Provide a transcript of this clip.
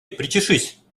причешись